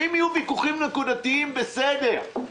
אם יהיו ויכוחים נקודתיים בסדר,